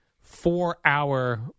Four-hour